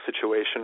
situation